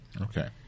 Okay